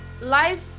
life